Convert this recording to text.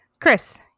Chris